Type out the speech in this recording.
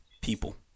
people